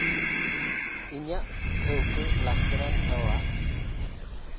ᱤᱧᱟᱹᱜ ᱴᱷᱟᱹᱣᱠᱟᱹ ᱞᱟᱠᱪᱟᱨ ᱟᱱ ᱦᱮᱣᱟ